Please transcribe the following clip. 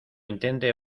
intente